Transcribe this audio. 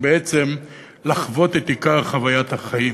ובעצם לחוות את עיקר חוויית החיים.